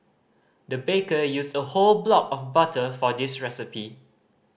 the baker used a whole block of butter for this recipe